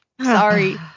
Sorry